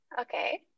Okay